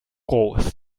groß